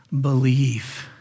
believe